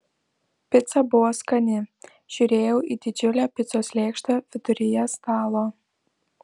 pica buvo skani žiūrėjau į didžiulę picos lėkštę viduryje stalo